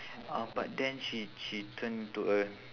uh but then she she turn into a